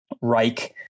Reich